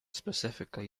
specifically